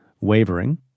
wavering